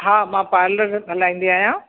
हा मां पार्लर हलाईंदी आहियां